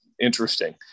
interesting